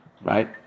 right